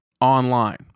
online